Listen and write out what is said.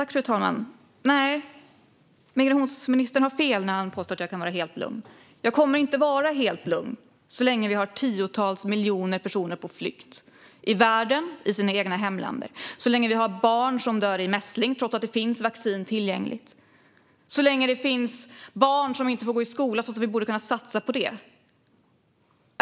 Fru talman! Migrationsministern har fel när han påstår att jag kan vara helt lugn. Jag kommer inte att vara helt lugn så länge vi har tiotals miljoner personer på flykt i världen och i sina hemländer, så länge vi har barn som dör i mässling trots att vaccin finns tillgängligt och så länge det finns barn som inte får gå i skola och vi skulle kunna satsa på det.